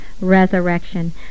resurrection